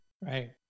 Right